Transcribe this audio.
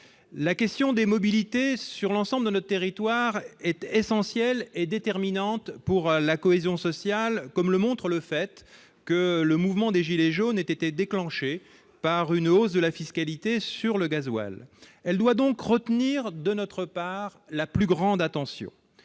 La question des mobilités sur l'ensemble de notre territoire est essentielle et déterminante pour la cohésion sociale, comme le montre le fait que le mouvement des « gilets jaunes » a été déclenché par une hausse de la fiscalité sur le gazole. Elle doit donc retenir notre plus grande attention.